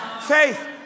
Faith